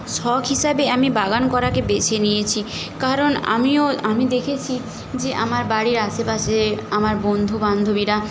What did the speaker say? শখ হিসাবে আমি বাগান করাকে বেছে নিয়েছি কারণ আমিও আমি দেখেছি যে আমার বাড়ির আশেপাশে আমার বন্ধু বান্ধবীরা